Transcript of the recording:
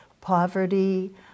poverty